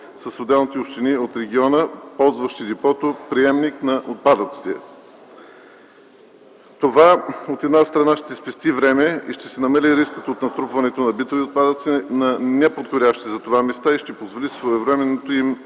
с отделните общини от региона, ползващи депото приемник на отпадъците. Това, от една страна, ще спести време, ще се намали рискът от натрупването на битови отпадъци на неподходящи за това места и ще позволи своевременното им